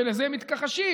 ולזה הם מתכחשים,